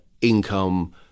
income